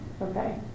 Okay